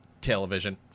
television